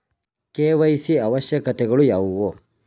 KYC ಅವಶ್ಯಕತೆಗಳು ಯಾವುವು?